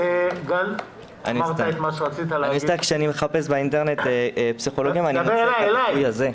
כאשר אני מחפש באינטרנט פסיכולוגים אני נתקל בביטוי הזה.